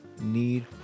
need